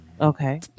Okay